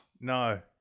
No